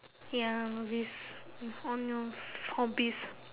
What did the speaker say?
ya novice mm on your hobbies